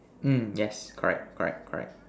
mm yes correct correct correct